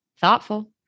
thoughtful